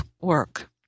work